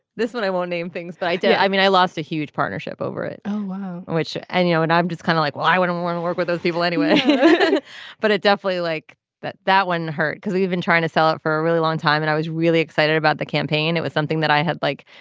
this one i won't name things but i do i mean i lost a huge partnership over it. oh which. and you know and i'm just kind of like well i wouldn't want to work with those people anyway but i definitely like that that one hurt because we've been trying to sell it for a really long time and i was really excited about the campaign. it was something that i had like.